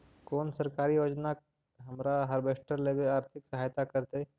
कोन सरकारी योजना हमरा हार्वेस्टर लेवे आर्थिक सहायता करतै?